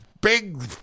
Big